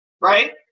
Right